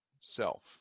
self